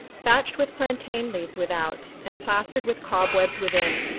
thatched with plantain leaves without and plastered with cobwebs within,